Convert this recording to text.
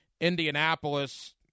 Indianapolis